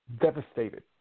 devastated